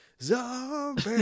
Zombie